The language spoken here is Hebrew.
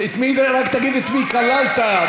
רק תגיד את מי כללת,